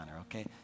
okay